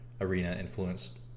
arena-influenced